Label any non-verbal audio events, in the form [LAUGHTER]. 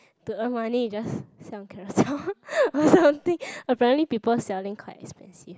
to earn money you just sell on Carousell or something [LAUGHS] apparently people selling quite expensive